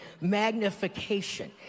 magnification